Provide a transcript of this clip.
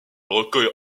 recueille